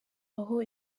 aho